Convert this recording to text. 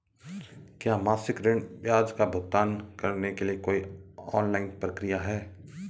क्या मासिक ऋण ब्याज का भुगतान करने के लिए कोई ऑनलाइन प्रक्रिया है?